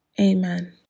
amen